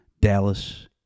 Dallas